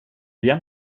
igen